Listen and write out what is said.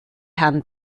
herrn